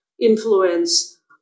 influence